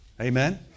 Amen